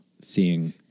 seeing